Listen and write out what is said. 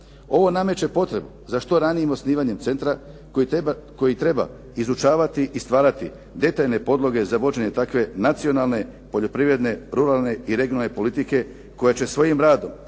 Ovo nameće potrebu za što ranijim osnivanjem centra koji treba izučavati i stvarati detaljne podloge za vođenje takve nacionalne, poljoprivredne, ruralne i regionalne politike koja će svojim radom